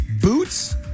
boots